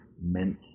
meant